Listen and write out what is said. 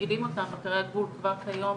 שמפעילים אותם בקרי הגבול כבר כיום